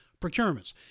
procurements